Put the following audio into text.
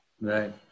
Right